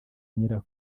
nyira